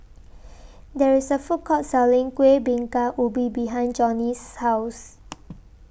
There IS A Food Court Selling Kueh Bingka Ubi behind Johnny's House